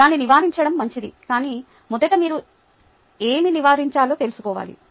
దాన్ని నివారించడం మంచిది కాని మొదట మీరు ఏమి నివారించాలో తెలుసుకోవాలి